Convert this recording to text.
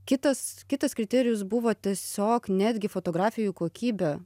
kitas kitas kriterijus buvo tiesiog netgi fotografijų kokybė